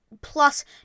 plus